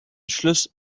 schluss